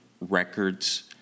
Records